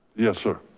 yes, sir.